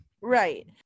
Right